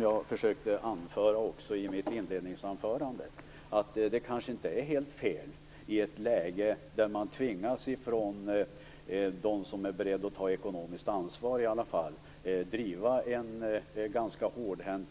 Jag sade också i mitt inledningsanförande att om man är beredd att ta ett ekonomiskt ansvar, tvingas man att driva en ganska hårdhänt